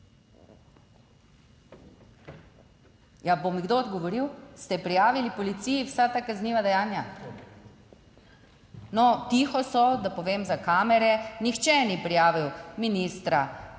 Ja, ali mi bo kdo odgovoril? Ste prijavili policiji vsa ta kazniva dejanja? No, tiho so, da povem za kamere. Nihče ni prijavil ministra